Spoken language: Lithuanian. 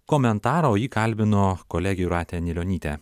komentarą o jį kalbino kolegė jūratė nijolytė